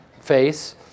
face